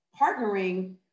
partnering